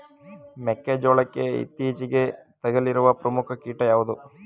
ಮೆಕ್ಕೆ ಜೋಳಕ್ಕೆ ಇತ್ತೀಚೆಗೆ ತಗುಲಿರುವ ಪ್ರಮುಖ ಕೀಟ ಯಾವುದು?